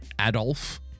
Adolf